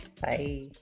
Bye